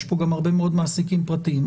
יש כאן גם הרבה מאוד מעסיקים פרטיים.